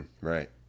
right